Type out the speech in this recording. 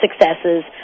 successes